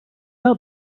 out